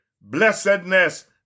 blessedness